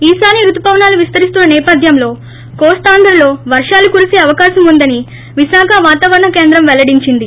ఈశాన్య రుతుపవనాలు విస్తరిస్తున్న నేపథ్యంలో కోస్తాంధ్రలో వర్షాలు కురీస అవకాశం ఉందని విశాఖ వాతావరణ కేంద్రం పెల్లడించింది